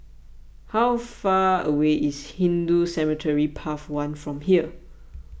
how far away is Hindu Cemetery Path one from here